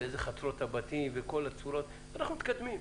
בחצרות הבתים וכל הצורות - אנחנו מתקדמים.